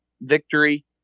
victory